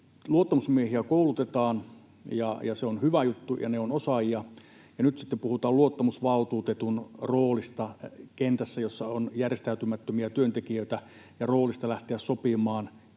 luottamusmiehiä koulutetaan — ja se on hyvä juttu, ja he ovat osaajia — ja nyt sitten puhutaan luottamusvaltuutetun roolista kentässä, jossa on järjestäytymättömiä työntekijöitä, ja roolista lähteä sopimaan